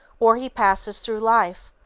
or he passes through life,